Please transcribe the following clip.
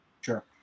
Sure